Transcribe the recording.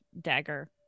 dagger